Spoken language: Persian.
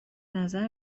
نظر